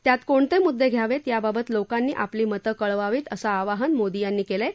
त्यात कोणते मुद्दे घ्यावेत याबाबत लोकांनी आपलं मत कळवावीत असं आवाहन मोदी यांनी केलं आहे